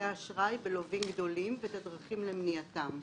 האשראי בלווים גדולים ואת הדרכים למניעתם.